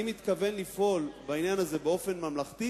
אני מתכוון לפעול בעניין הזה באופן ממלכתי,